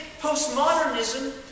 postmodernism